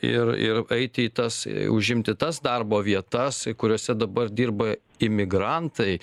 ir ir eiti į tas užimti tas darbo vietas kuriose dabar dirba imigrantai